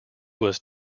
was